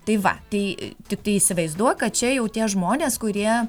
tai va tai tiktai įsivaizduok kad čia jau tie žmonės kurie